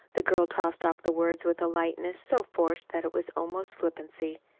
the girl tossed off the words with a lightness so forced that it was almost flippancy.